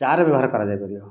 ଚା'ରେ ବ୍ୟବହାର କରାଯାଇପାରିବ